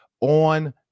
On